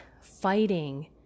fighting